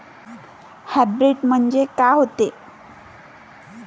Hybrid म्हनजे का होते?